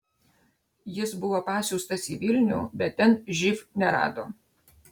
jis buvo pasiųstas į vilnių bet ten živ nerado